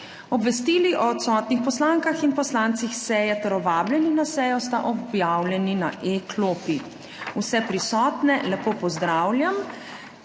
Obvestili o odsotnih poslankah in poslancih seje ter o vabljenih na sejo sta objavljeni na e-klopi. Vse prisotne lepo pozdravljam.